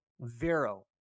Vero